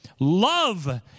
love